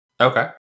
Okay